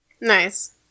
Nice